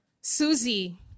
Susie